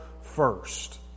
first